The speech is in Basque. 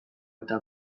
eta